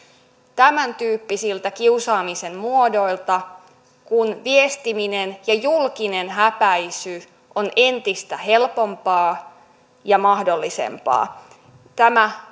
tämäntyyppisiltä kiusaamisen muodoilta kun viestiminen ja julkinen häpäisy on entistä helpompaa ja mahdollisempaa tämä